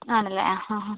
ആണല്ലേ ആ ഹാ ഹാ